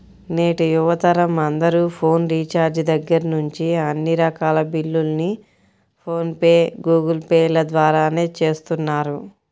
నేటి యువతరం అందరూ ఫోన్ రీఛార్జి దగ్గర్నుంచి అన్ని రకాల బిల్లుల్ని ఫోన్ పే, గూగుల్ పే ల ద్వారానే చేస్తున్నారు